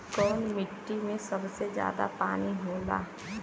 कौन मिट्टी मे सबसे ज्यादा पानी होला?